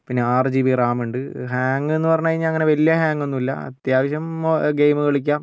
പിന്നെ ആറ് G B RAM ഉണ്ട് ഹാങ്ങ് എന്ന് പറഞ്ഞാൽ അങ്ങനെ വലിയ ഹാങ്ങൊന്നും ഇല്ല അത്യാവശ്യം ഗെയിം കളിക്കാം